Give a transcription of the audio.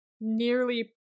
nearly